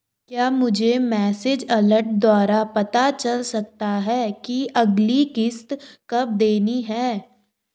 क्या मुझे message alert द्वारा पता चल सकता कि अगली किश्त कब देनी है?